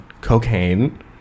cocaine